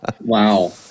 Wow